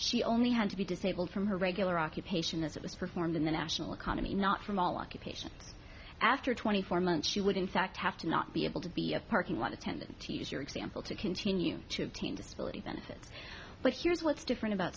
she only had to be disabled from her regular occupation as it was performed in the national economy not from all occupations after twenty four months she would in fact have to not be able to be a parking lot attendant as your example to continue to obtain disability benefits but here's what's different about